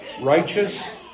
righteous